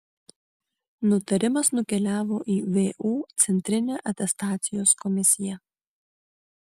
nutarimas nukeliavo į vu centrinę atestacijos komisiją